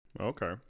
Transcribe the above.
Okay